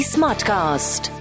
SmartCast